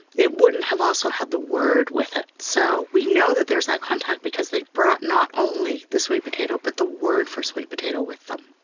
it wouldn't have also had the word with it. so we know that there is that contact because they brought not only the sweet potato but the word for sweet potato with them.